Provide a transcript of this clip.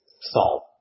solve